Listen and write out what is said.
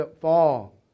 fall